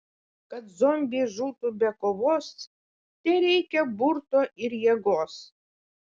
kad zombiai žūtų be kovos tereikia burto ir jėgos